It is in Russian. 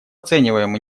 оцениваем